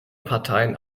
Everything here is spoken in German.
parteien